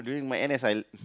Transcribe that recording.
during my N_S I